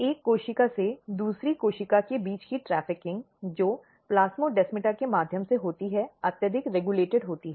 एक कोशिका से दूसरी कोशिका के बीच की ट्रैफिकिंग जो प्लास्मोडेमाटा के माध्यम से होती है अत्यधिक रेगुलेटेड होती है